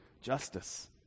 Justice